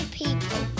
people